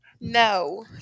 no